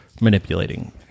manipulating